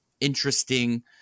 interesting